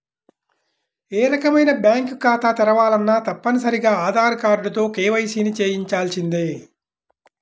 ఏ రకమైన బ్యేంకు ఖాతా తెరవాలన్నా తప్పనిసరిగా ఆధార్ కార్డుతో కేవైసీని చెయ్యించాల్సిందే